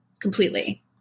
completely